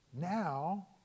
now